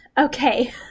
Okay